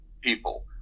people